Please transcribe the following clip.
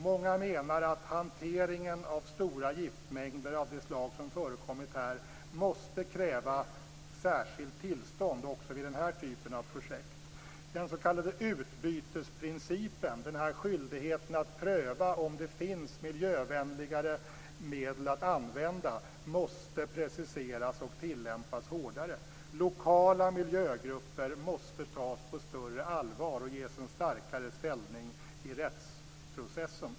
Många menar att hanteringen av stora giftmängder av det slag som förekommit här måste kräva särskilt tillstånd också vid den här typen av projekt. Den s.k. utbytesprincipen, skyldigheten att pröva om det finns miljövänligare medel att använda, måste preciseras och tillämpas hårdare. Lokala miljögrupper måste tas på större allvar och ges en starkare ställning i rättsprocessen.